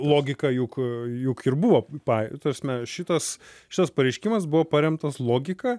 logika juk juk ir buvo pai ta prasme šitas šitas pareiškimas buvo paremtas logika